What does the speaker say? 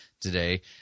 today